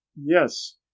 Yes